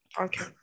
Okay